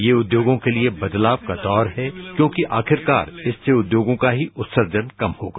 यह उद्योगों के लिए बदलाव का दौर है क्योंकि आखिरकर इससे उद्योगों का ही उत्सर्जन कम होगा